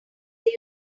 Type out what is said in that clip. they